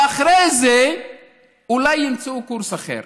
ואחרי זה אולי ימצאו קורס אחר.